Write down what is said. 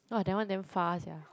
[wah] that one damn far sia